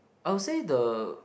I'll say the